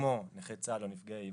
כמו נכי צה"ל או נפגעי איבה,